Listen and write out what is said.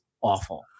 awful